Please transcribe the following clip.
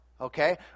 Okay